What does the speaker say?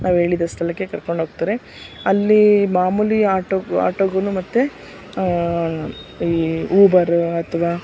ನಾವು ಹೇಳಿದ ಸ್ಥಳಕ್ಕೆ ಕರ್ಕೊಂಡೋಗ್ತಾರೆ ಅಲ್ಲಿ ಮಾಮೂಲಿ ಆಟೋಗೂ ಆಟೋಗೂ ಮತ್ತು ಈ ಊಬರ ಅಥವಾ